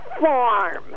farm